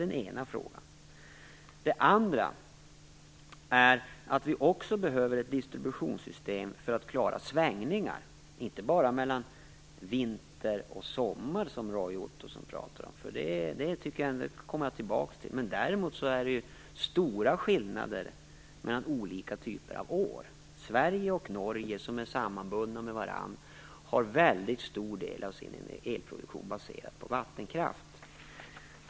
Det andra är att vi också behöver ett distributionssystem för att klara svängningar, inte bara mellan vinter och sommar, som Roy Ottosson talade om, och det kommer jag tillbaks till. Det är också stora skillnader mellan olika år. Sverige och Norge, som är sammanbundna med varandra, har väldigt stor del av sin elproduktion baserad på vattenkraft.